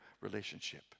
relationship